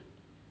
现在